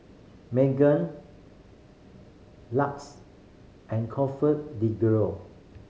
Megan LUX and ComfortDelGro